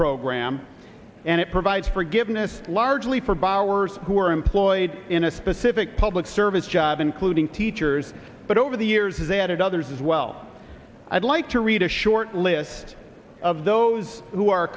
program and it provides forgiveness largely for borrowers who are employed in a specific public service job including teachers but over the years they added others as well i'd like to read a short list of those who are